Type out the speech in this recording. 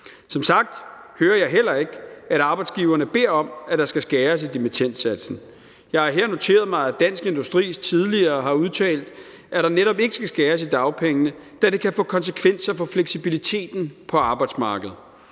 Som sagt hører jeg heller ikke, at arbejdsgiverne beder om, at der skal skæres i dimittendsatsen. Jeg har her noteret mig, at Dansk Industri tidligere har udtalt, at der netop ikke skal skæres i dagpengene, da det kan få konsekvenser for fleksibiliteten på arbejdsmarkedet.